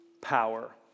power